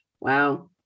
Wow